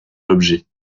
l’objet